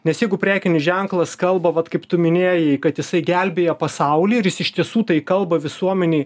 nes jeigu prekinis ženklas kalba vat kaip tu minėjai kad jisai gelbėja pasaulį ir jis iš tiesų tai kalba visuomenei